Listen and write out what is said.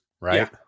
right